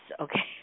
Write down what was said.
okay